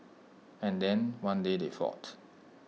and then one day they fought